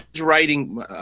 writing